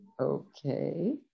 okay